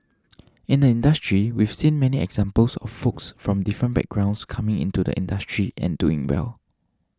in the industry we've seen many examples of folks from different backgrounds coming into the industry and doing well